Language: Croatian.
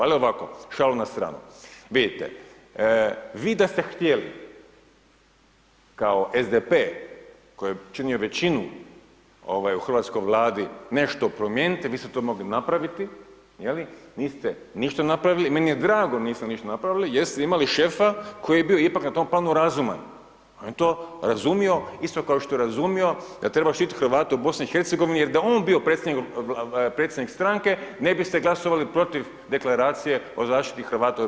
Ali, ovako, šalu na stranu, vidite vi da ste htjeli, kao SDP koji je činio većinu u hrvatskoj vladi nešto promijeniti vi ste to mogli napraviti, niste ništa napravili, meni je drago da niste ništa napravili, jer ste imali šefa koji je ipak bio na tom planu razuman, da je to razumio isto kao što je razumio da treba štiti Hrvate u BIH, jer da je on bio predsjednik stranke, ne biste glasovali protiv deklaraciji o zaštita Hrvata u BIH.